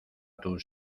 tus